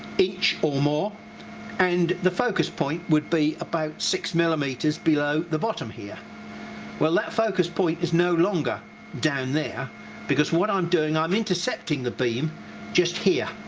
inch or more and the focus point would be about six millimeters below the bottom here well that focus point is no longer down there because what i'm doing i'm intercepting the beam just here.